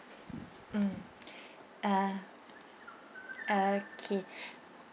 mm uh okay